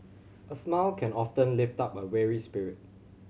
a smile can often lift up a weary spirit